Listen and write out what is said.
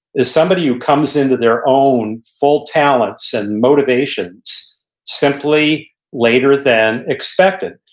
is somebody who comes into their own full talents and motivations simply later than expected.